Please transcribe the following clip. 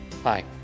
Hi